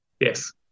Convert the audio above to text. Yes